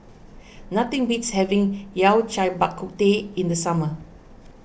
nothing beats having Yao Cai Bak Kut Teh in the summer